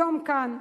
היום, כאן,